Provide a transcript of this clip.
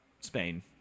Spain